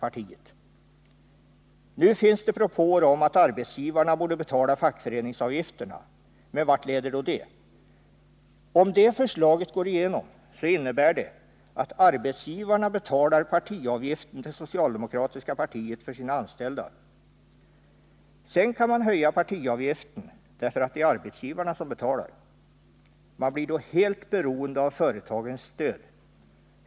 Det finns nu propåer om att arbetsgivarna borde betala fackföreningsavgifterna. Vart skulle det leda? Om det förslaget går igenom innebär det att arbetsgivarna betalar partiavgiften till socialdemokratiska partiet för sina anställda. Sedan kan man höja partiavgiften, för det är arbetsgivarna som betalar. Man blir då helt beroende av företagens stöd.